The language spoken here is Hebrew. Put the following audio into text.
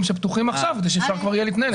שפתוחים עכשיו כדי שאפשר יהיה להתנהל.